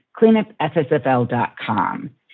cleanupFSFL.com